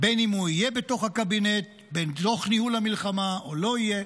בין אם הוא יהיה בתוך הקבינט תוך ניהול המלחמה או לא יהיה,